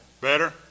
Better